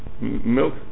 milk